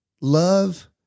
love